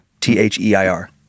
T-H-E-I-R